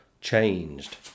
changed